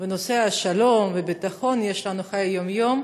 בנושא השלום והביטחון יש לנו חיי יום-יום,